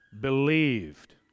believed